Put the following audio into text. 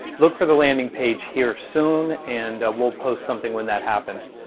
look for the landing page here soon and we'll post something when that happens.